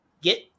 Get